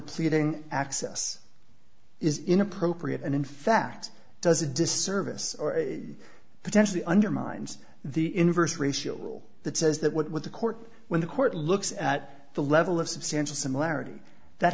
pleading access is inappropriate and in fact does a disservice potentially undermines the inverse ratio rule that says that what the court when the court looks at the level of substantial similarity that